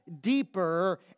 deeper